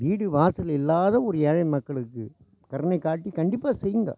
வீடு வாசல் இல்லாத ஒரு ஏழை மக்களுக்குக் கருணை காட்டி கண்டிப்பாக செய்யுங்க